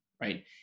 right